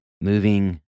moving